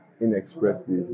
inexpressive